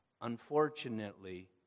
Unfortunately